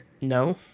No